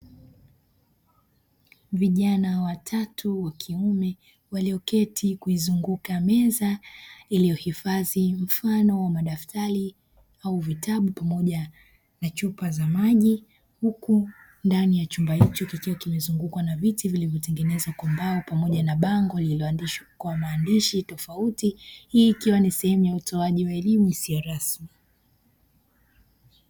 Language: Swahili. Vijana watatu wakiume walio keti kuizunguka meza iliyohifadhi mfano wa madaftari au vitabu pamoja na chupa za maji huku ndani ya chumba hicho kikiwa kimezungukwa na viti vilivyo tengenezwa kwa mbao pamoja na bango lililo tengenezwa kwa maandishi tofauti hii ikiwa ni sehemu ya utoaji elimu isiyo rasmi.